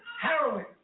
heroin